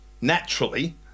naturally